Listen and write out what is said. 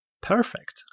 perfect